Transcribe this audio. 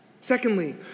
Secondly